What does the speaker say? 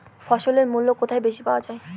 ফসলের মূল্য কোথায় বেশি পাওয়া যায়?